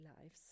lives